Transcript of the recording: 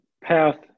path